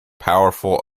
powerful